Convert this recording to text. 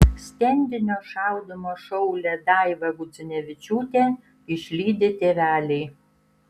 stendinio šaudymo šaulę daivą gudzinevičiūtę išlydi tėveliai